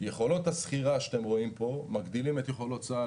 יכולות השכירה שאתם רואים פה מגדילות את יכולות צה"ל